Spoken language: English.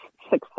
success